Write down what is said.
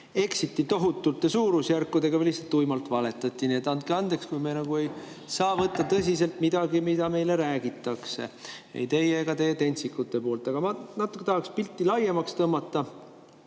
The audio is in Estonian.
eksiti tohutute suurusjärkudega või lihtsalt tuimalt valetati. Nii et andke andeks, kui me ei saa võtta tõsiselt midagi, mida meile räägitakse ei teie ega teie tentsikute poolt. Aga ma tahan pilti natuke laiemaks tõmmata.